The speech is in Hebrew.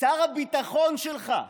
שר הביטחון שלך,